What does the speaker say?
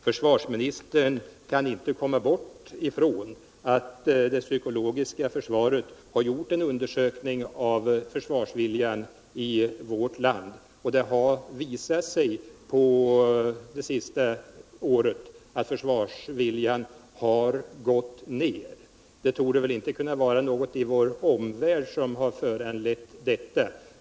Försvarsministern kan inte komma ifrån att det psykologiska försvaret har gjort en undersökning av försvarsviljan i vårt land, varvid det visat sig att försvarsviljan under det senaste året har försämrats. Det torde väl inte kunna vara någonting i vår omvärld som har föranlett detta.